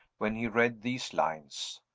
when he read these lines.